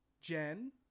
Jen